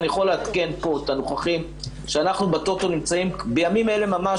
אני יכול לעדכן פה את הנוכחים שאנחנו בטוטו נמצאים בימים אלה ממש,